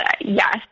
yes